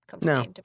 No